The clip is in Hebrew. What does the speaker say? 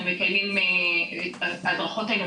אנחנו מקיימים את ההדרכות האלה,